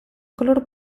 color